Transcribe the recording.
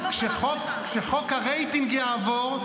כשחוק הרייטינג יעבור,